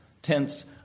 Tents